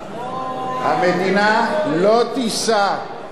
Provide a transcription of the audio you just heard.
המדינה לא תישא על כתפיה,